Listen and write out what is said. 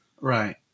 Right